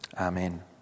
Amen